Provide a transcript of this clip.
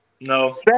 No